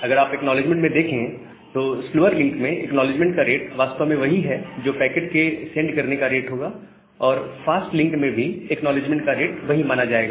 अगर आप एक्नॉलेजमेंट में देखें तो स्लोवर लिंक में एक्नॉलेजमेंट का रेट वास्तव में वही है जो पैकेट के सेंड करने का रेट होगा और फास्ट लिक में भी एक्नॉलेजमेंट का रेट वही माना जाएगा